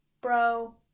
Bro